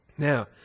Now